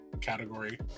category